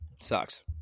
Sucks